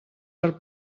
per